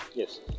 Yes